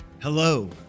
Hello